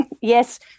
yes